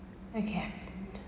okay